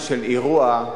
אירוע,